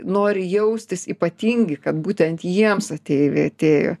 nori jaustis ypatingi kad būtent jiems ateiviai atėjo